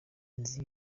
inzu